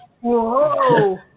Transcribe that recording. Whoa